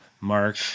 Mark